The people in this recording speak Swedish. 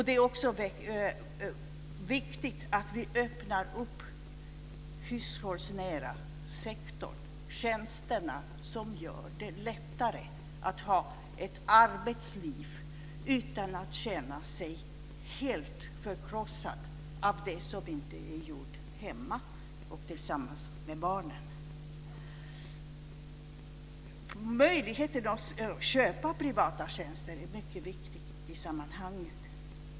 Det är också viktigt att vi öppnar den hushållsnära sektorn och tjänsterna som gör det lättare att ha ett arbetsliv utan att känna sig helt förkrossad av det som inte blir gjort hemma och tillsammans med barnen. Möjligheterna att köpa privata tjänster är mycket viktiga i sammanhanget.